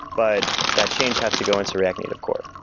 but that change had to go into react native core.